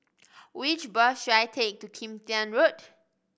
which bus should I take to Kim Tian Road